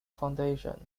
foundation